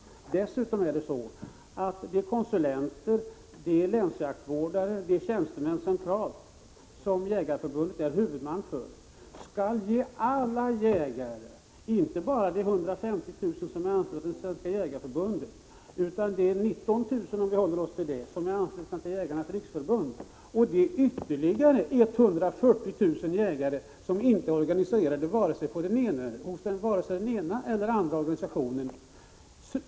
Dessutom skall de konsulenter, länsjaktvårdare och de centralt placerade tjänstemän som Svenska jägareförbundet är huvudman för ge alla jägare samma service. Detta gäller inte bara de 150 000 som är anslutna till Svenska jägareförbun Prot. 1985/86:140 det utan t.ex. också de 19 000 som är anslutna till Jägarnas riksförbund samt 14 maj 1986 de ytterligare 140 000 jägare som inte är organiserade vare sig i den ena eller i den andra organisationen.